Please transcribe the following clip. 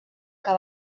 que